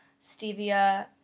stevia